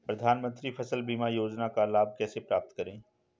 प्रधानमंत्री फसल बीमा योजना का लाभ कैसे प्राप्त करें?